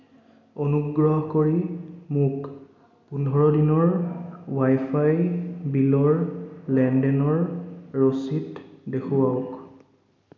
অনুগ্ৰহ কৰি মোক পোন্ধৰ দিনৰ ৱাইফাই বিলৰ লেনদেনৰ ৰচিদ দেখুৱাওক